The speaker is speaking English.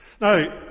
Now